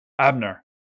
Abner